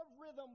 rhythm